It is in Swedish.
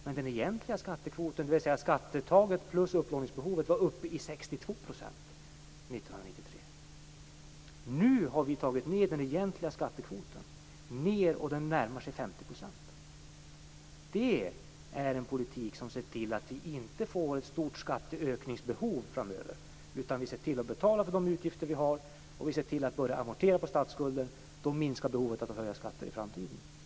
Men den egentliga skattekvoten, dvs. skatteuttaget plus upplåningsbehovet, var uppe i 62 % år 1993. Nu har vi tagit ned den egentliga skattekvoten, och den närmar sig 50 %. Det är en politik som ser till att vi inte får ett stort skatteökningsbehov framöver. Vi ser till att betala för de utgifter vi har och att börja amortera på statsskulden, och då minskar behovet att höja skatter i framtiden.